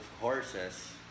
horses